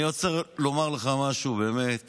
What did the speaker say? אני רוצה לומר לך משהו באמת